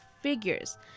figures